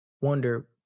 wonder